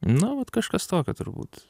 na vat kažkas tokio turbūt